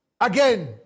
again